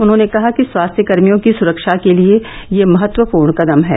उन्होंने कहा कि स्वास्थ्यकर्मियों की सुरक्षा के लिए यह महत्वपूर्ण कदम है